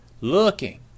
Looking